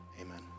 Amen